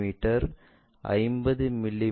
me 50 மி